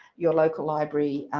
your local library